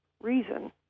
reason